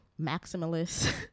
maximalist